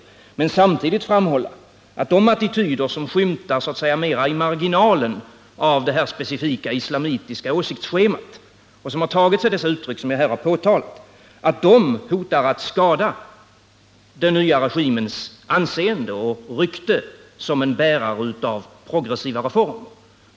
Samtidigt kan man framhålla att de attityder som skymtar mera i periferin av detta specifika islamitiska åsiktsschema, och som har tagit sig de uttryck som jag här har påtalat, hotar att skada den nya regimens anseende och rykte som en bärare av progressiva reformer.